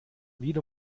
wieder